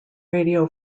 radio